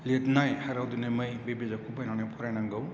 लिरनाय हाग्रा गुदुंनि मै बे बिजाबखौ बायनानै फरायनांगौ